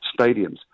stadiums